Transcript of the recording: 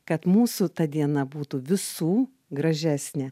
kad mūsų ta diena būtų visų gražesnė